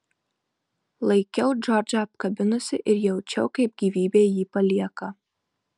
laikiau džordžą apkabinusi ir jaučiau kaip gyvybė jį palieka